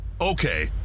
okay